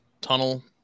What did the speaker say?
tunnel